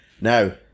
Now